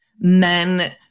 men